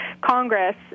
Congress